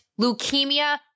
leukemia